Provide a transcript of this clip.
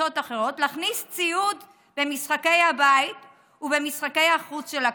וקבוצות אחרות להכניס ציוד במשחקי הבית ובמשחקי החוץ של הקבוצה,